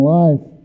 life